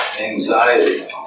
anxiety